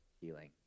healing